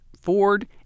Ford